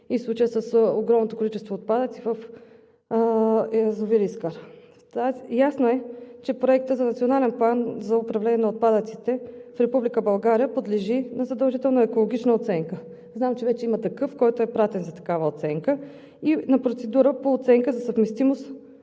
и случаят с огромното количество отпадъци в река Искър. Ясно е, че проектът за Национален план за управление на отпадъците в Република България подлежи на задължителна екологична оценка. Знам, че вече има такъв, който е пратен за такава оценка и на процедура по оценка за съвместимостта